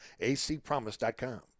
ACpromise.com